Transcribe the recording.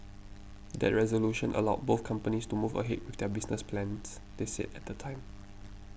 that resolution allowed both companies to move ahead with their business plans they said at the time